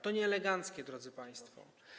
To nieeleganckie, drodzy państwo.